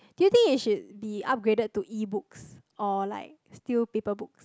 do you think it should be upgraded to ebooks or like still paper books